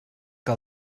que